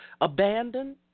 abandoned